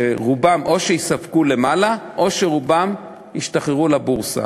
שרובן או שייספגו למעלה או שישתחררו לבורסה.